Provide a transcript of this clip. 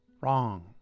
Wrong